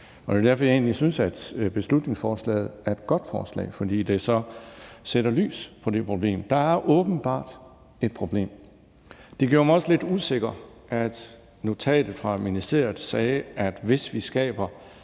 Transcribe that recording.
Det er derfor, jeg egentlig synes, at beslutningsforslaget er et godt forslag, fordi det så kaster lys over det problem. Der er åbenbart et problem. Det gjorde mig også lidt usikker, at notatet fra ministeriet sagde, at hvis vi skaber